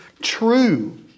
True